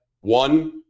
one